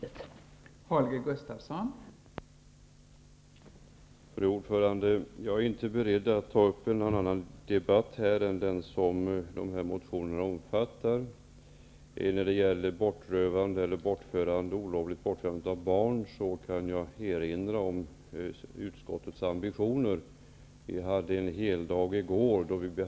Det gäller alltså just innehållet.